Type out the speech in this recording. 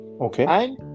okay